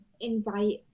invite